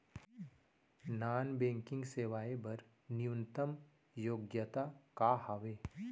Non banking सेवाएं बर न्यूनतम योग्यता का हावे?